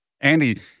Andy